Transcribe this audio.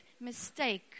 mistake